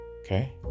Okay